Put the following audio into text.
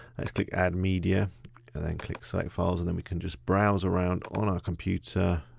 let's click add media and then click select files and then we can just browse around on our computer,